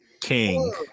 King